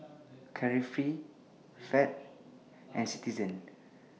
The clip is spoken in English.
Carefree Fab and Citizen